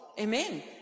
Amen